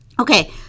okay